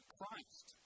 Christ